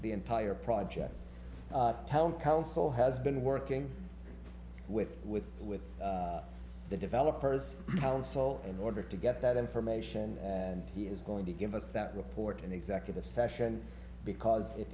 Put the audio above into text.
the entire project tell him counsel has been working with with with the developers council in order to get that information and he is going to give us that report in executive session because it